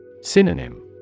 Synonym